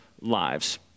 lives